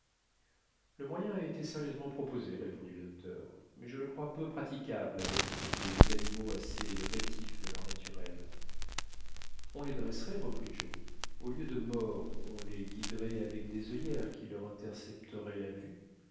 le moyen a été sérieusement proposé répondit le docteur mais je le crois peu praticable avec des animaux assez rétifs de leur naturel on les dresserait reprit joe au lieu de mors on les guiderait avec des illères qui leur intercepteraient la vue